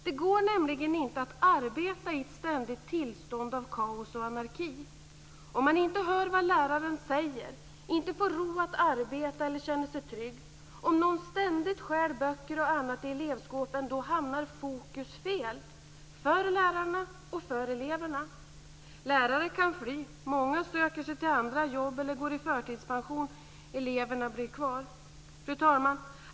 Det går nämligen inte att arbeta i ett ständigt tillstånd av kaos och anarki. Om man inte hör vad läraren säger, inte får ro att arbeta och inte känner sig trygg, om någon ständigt stjäl böcker och annat i elevskåpen, då hamnar fokus fel för lärarna och för eleverna. Läraren kan fly. Många söker sig till andra jobb eller går i förtidspension. Eleverna bir kvar. Fru talman!